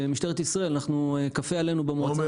ומשטרת ישראל קפה עלינו במועצה,